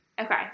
Okay